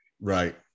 Right